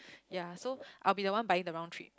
yea so I will be the one buying the round trip